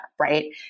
right